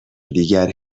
دیگر